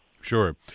Sure